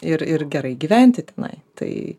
ir ir gerai gyventi tenai tai